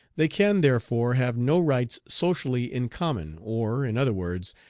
they can therefore have no rights socially in common or, in other words,